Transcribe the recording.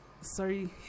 sorry